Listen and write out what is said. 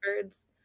birds